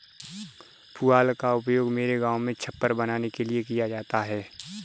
पुआल का उपयोग मेरे गांव में छप्पर बनाने के लिए किया जाता है